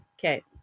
Okay